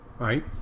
Right